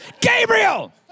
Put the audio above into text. Gabriel